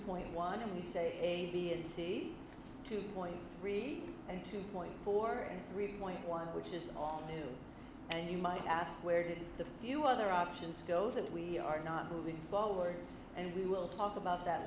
point one and say the end c two point three and two point four and really point one which is all new and you might ask where did the few other options go that we are not moving forward and we will talk about that